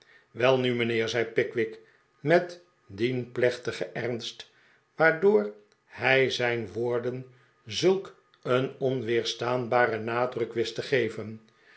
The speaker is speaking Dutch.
welnu mijnheer zei pickwick met dien plechtigen ernst waardoor hij zijn woorden zulk een onweerstaanbaren nadruk wist te geven